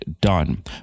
done